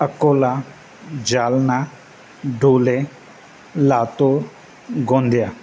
Akola Jalna Dhule Latur Gondia